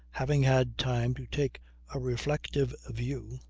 having had time to take a reflective view,